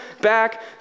back